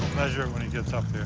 measure it when he gets up